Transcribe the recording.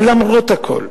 אבל למרות הכול,